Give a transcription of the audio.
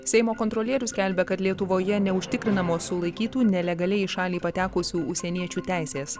seimo kontrolierius skelbia kad lietuvoje neužtikrinamos sulaikytų nelegaliai į šalį patekusių užsieniečių teisės